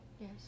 Yes